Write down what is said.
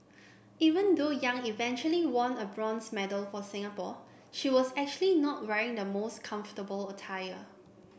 even though Yang eventually won a bronze medal for Singapore she was actually not wearing the most comfortable attire